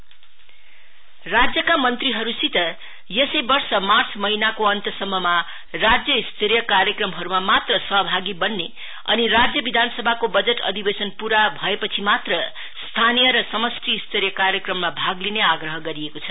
circular राज्यका मंत्रीहरुसित यसै वर्ष मार्च महिनाको अन्तसम्ममा राज्य स्तरीय कार्यक्रमहरुमा मात्र सहभागी वन्ने अनि राज्य विधानसभाको वजट अघिवेशन प्ररा भएपछि मात्र स्थानीय र समस्टीस्तरीय कार्यक्रममा भाग लिने आग्रह गरिएको छ